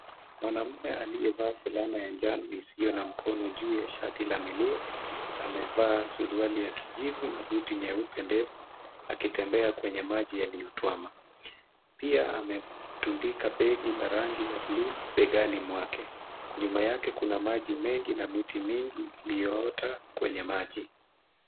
Mwanaume aliyevaa fulana ya njano isiyokuwa na mkono juu ya shati la milia, amevaa suruali ua kijivu na buti nyeupe ndefu, akitembea kwenye maji iliyotuama. Pia ametundika begi la rangi ya buluu begani mwake. Nyuma yake kuna maji mengi na miti mingi iliyoota kwenye maji.